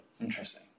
Interesting